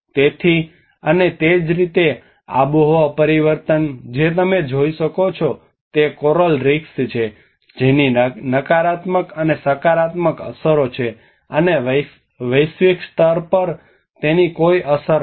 તેથી અને તે જ રીતે આબોહવા પરિવર્તન જે તમે જોઈ શકો છો તે કોરલ રીફ્સ છે જેની નકારાત્મક અને સકારાત્મક અસરો છે અને વૈશ્વિક સ્તર પર તેની કોઈ અસર નથી